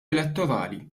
elettorali